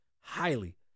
highly